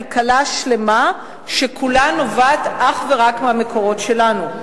כלכלה שלמה שכולה נובעת אך ורק מהמקורות שלנו.